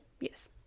Yes